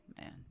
Man